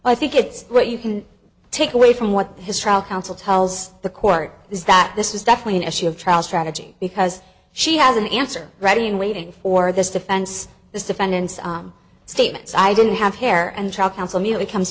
i think it's what you can take away from what his trial counsel tells the court is that this is definitely an issue of trial strategy because she has an answer ready and waiting for this defense this defendant's statements i don't have hair